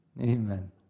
Amen